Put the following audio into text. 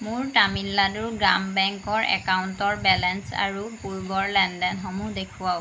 মোৰ তামিলনাডু গ্ৰাম বেংকৰ একাউণ্টৰ বেলেঞ্চ আৰু পূৰ্বৰ লেনদেনসমূহ দেখুৱাওক